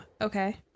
Okay